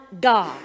God